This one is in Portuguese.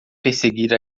perseguir